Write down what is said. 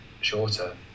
shorter